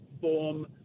form